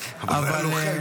אבל אין